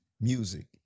music